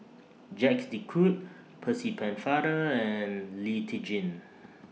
Jacques De Coutre Percy Pennefather and Lee Tjin